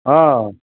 हँ